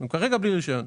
הם כרגע בלי רישיון.